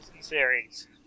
series